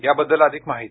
याबद्दल अधिक माहिती